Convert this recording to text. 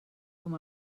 com